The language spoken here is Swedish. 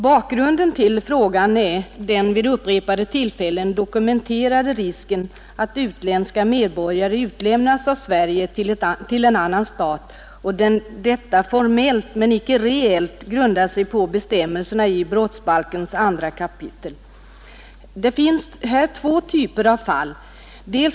Bakgrunden till frågan är den vid upprepade tillfällen dokumenterade risken att utländska medborgare utlämnas av Sverige till annan stat och detta formellt men icke reellt grundas på bestämmelserna i brottsbalkens andra kapitel. Det finns här två typer av fall.